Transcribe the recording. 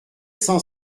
cent